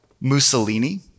Mussolini